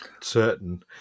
certain